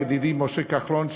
ידידי משה כחלון,